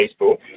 Facebook